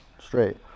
Straight